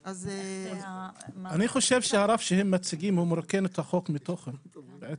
אני חושב שהרף שהם מציגים מרוקן את החוק מתוכן בעצם.